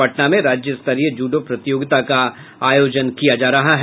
पटना में राज्य स्तरीय जूडो प्रतियोगिता का आयोजन किया जा रहा है